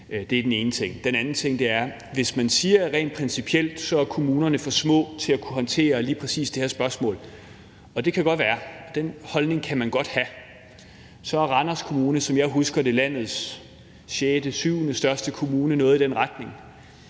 Det er den ene ting. Den anden ting er: Hvis man siger, at rent principielt er kommunerne for små til at kunne håndtere lige præcis det her spørgsmål, og det kan godt være, den holdning kan man godt have – Randers Kommune er, som jeg husker det, landets sjette eller syvende største kommune, noget i den retning